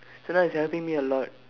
so now it's helping me a lot